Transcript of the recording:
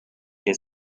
que